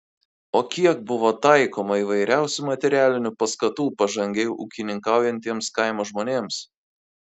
o kiek buvo taikoma įvairiausių materialinių paskatų pažangiai ūkininkaujantiems kaimo žmonėms